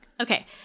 Okay